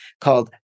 called